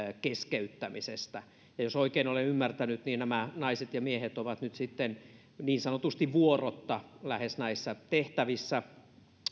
keskeyttämisestä siellä jos oikein olen ymmärtänyt niin nämä naiset ja miehet ovat nyt sitten niin sanotusti lähes vuorotta näissä tehtävissä